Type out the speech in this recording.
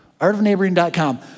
artofneighboring.com